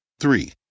Three